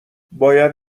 باید